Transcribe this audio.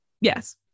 yes